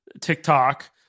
TikTok